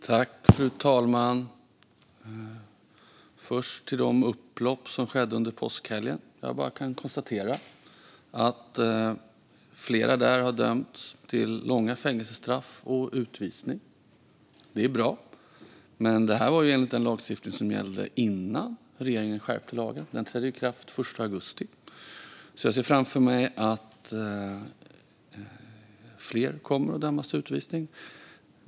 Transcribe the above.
Fru talman! När det gäller de upplopp som skedde under påskhelgen kan jag bara konstatera att flera av dem som var med där har dömts till långa fängelsestraff och utvisning. Det är bra. Men detta är enligt den lagstiftning som gällde innan regeringen skärpte lagen. Den nya lagen träder i kraft den 1 augusti, och jag ser framför mig att fler kommer att dömas till utvisning.